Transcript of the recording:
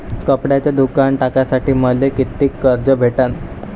कपड्याचं दुकान टाकासाठी मले कितीक कर्ज भेटन?